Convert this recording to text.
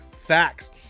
facts